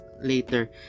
later